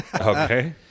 Okay